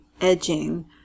edging